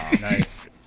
nice